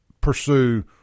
pursue